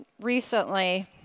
recently